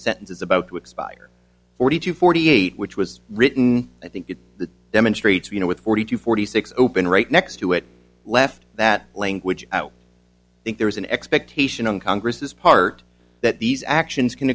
sentence is about to expire forty two forty eight which was written i think that demonstrates you know with forty two forty six open right next to it left that language out think there is an expectation on congress's part that these actions can